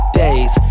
days